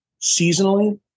seasonally